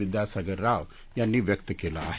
विद्यासागर राव यांनी व्यक्त केला आहे